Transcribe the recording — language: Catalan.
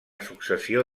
successió